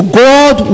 god